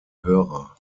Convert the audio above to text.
hörer